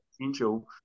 potential